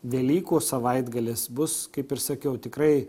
velykų savaitgalis bus kaip ir sakiau tikrai